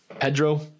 Pedro